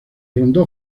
rondó